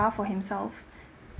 for himself